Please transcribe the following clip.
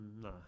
No